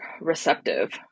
receptive